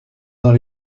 dans